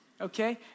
Okay